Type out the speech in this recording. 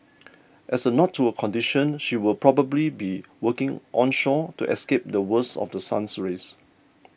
as a nod to her condition she will probably be working onshore to escape the worst of The Sun's rays